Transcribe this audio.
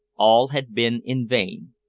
all had been in vain.